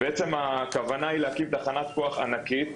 בעצם הכוונה היא להקים תחנת כוח ענקית,